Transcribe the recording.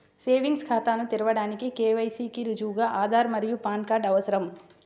savings ఖాతాను తెరవడానికి KYC కి రుజువుగా ఆధార్ మరియు పాన్ కార్డ్ అవసరం